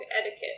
etiquette